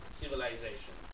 civilization